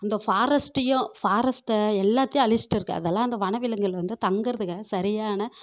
அந்த ஃபாரஸ்ட்டையும் ஃபாரஸ்ட்டை எல்லாத்தையும் அழிச்சுட்டு இருக்குது அதெல்லாம் அந்த வனவிலங்குகள் வந்து தங்குறதுக்கான சரியான